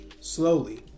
slowly